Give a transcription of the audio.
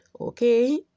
Okay